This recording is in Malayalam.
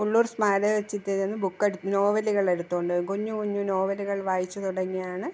ഉള്ളൂർ സ്മാരകത്തില് ചെന്ന് ബുക്ക് നോവലുകളെടുത്തോണ്ട് വരും കുഞ്ഞ് കുഞ്ഞ് നോവലുകൾ വായിച്ച് തുടങ്ങിയാണ്